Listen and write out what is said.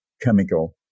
chemical